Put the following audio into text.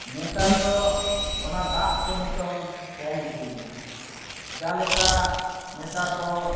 ᱱᱮᱛᱟᱨ ᱫᱚ ᱚᱱᱟ ᱫᱟᱜ ᱠᱚ ᱱᱤᱛᱚᱝ ᱠᱚᱢ ᱤᱫᱤᱭᱮᱱᱟ ᱡᱟ ᱞᱮᱠᱟ ᱱᱮᱛᱟᱨ ᱫᱚ